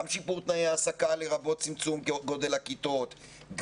גם שיפור תנאי ההעסקה לרבות צמצום גודל הכיתות,